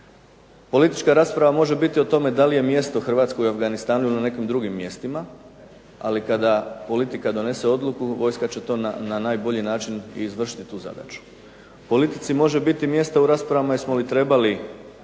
Politička rasprava može biti o tome da li je mjesto Hrvatskoj u Afganistanu ili nekim drugim mjestima, ali kada politika donese odluku vojska će na najbolji način izvršiti tu zadaću. Politici može biti mjesta u raspravama jesmo li trebali